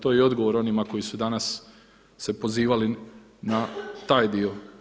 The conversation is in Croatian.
To je i odgovor onima koji su danas se pozivali na taj dio.